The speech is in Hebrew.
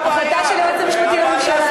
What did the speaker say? הבעיה היא שגם את לא תצליחי.